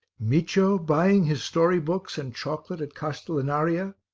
micio buying his story-books and chocolate at castellinaria,